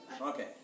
okay